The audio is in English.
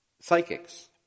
psychics